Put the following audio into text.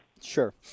Sure